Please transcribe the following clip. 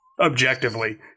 Objectively